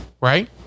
Right